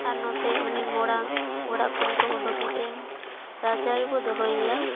ᱟᱨ ᱱᱚᱛᱮ ᱩᱱᱤ ᱢᱚᱲᱟ ᱚᱲᱟᱜ ᱠᱷᱚᱱ ᱠᱚ ᱩᱰᱩᱠᱮᱛᱮ ᱨᱟᱪᱟ ᱨᱮᱠᱚ ᱫᱚᱦᱚᱭᱮᱭᱟ